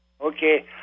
Okay